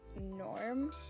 norm